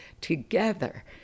Together